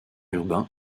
urbain